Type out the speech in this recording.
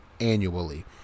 annually